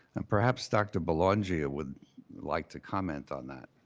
and perhaps dr. belongia would like to comment on that?